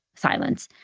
silence.